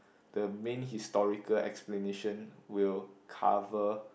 the main historical explanation will cover